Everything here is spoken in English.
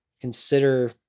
consider